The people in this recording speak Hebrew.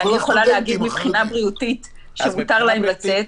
אני משרד הבריאות ואני יכולה להגיד מבחינה בריאותית שמותר להם לצאת.